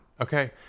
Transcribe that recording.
okay